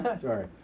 Sorry